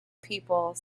people